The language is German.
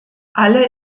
alle